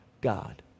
God